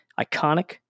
Iconic